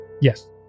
Yes